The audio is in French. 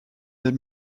des